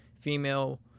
female